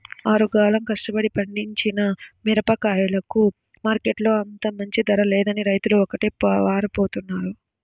ఆరుగాలం కష్టపడి పండించిన మిరగాయలకు మార్కెట్టులో అంత మంచి ధర లేదని రైతులు ఒకటే వాపోతున్నారు